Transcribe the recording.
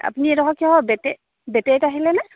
আপুনি এইডোখৰ কিহত বেটে বেটেৰীত আহিলেনে